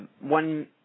one